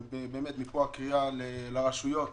מפה יוצאת קריאה לרשויות